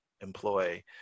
employ